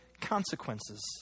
consequences